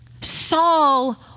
Saul